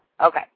Okay